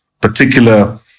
particular